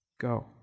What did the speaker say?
go